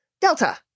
Delta